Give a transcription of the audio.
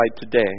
today